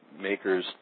makers